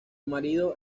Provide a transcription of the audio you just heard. marido